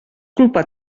culpa